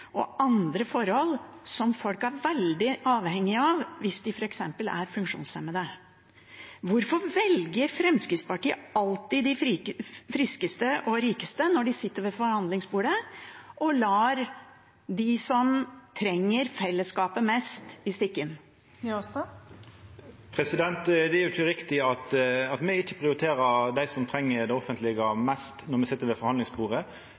og andre forhold som folk er veldig avhengig av hvis de f.eks. er funksjonshemmede. Hvorfor velger Fremskrittspartiet alltid de friskeste og rikeste når de sitter ved forhandlingsbordet, og lar de som trenger fellesskapet mest, i stikken? Det er ikkje riktig at me ikkje prioriterer dei som treng det offentlege mest når me sit ved